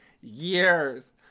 years